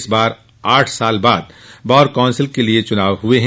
इस बार आठ साल बाद बार काउंसिल के लिए चुनाव हुए हैं